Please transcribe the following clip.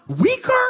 weaker